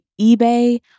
eBay